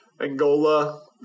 Angola